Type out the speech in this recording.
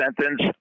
sentence